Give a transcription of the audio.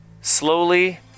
slowly